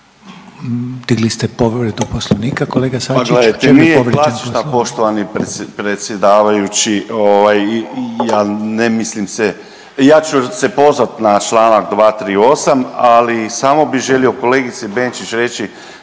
Željko (Hrvatski suverenisti)** Ma gledajte nije klasična poštovani predsjedavajući, al ne mislim se ja ću se pozvat na čl. 238., ali samo bi želio kolegici Benčić reći